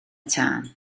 tân